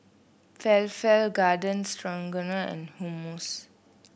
Falafel Garden and Hummus